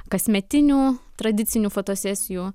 kasmetinių tradicinių fotosesijų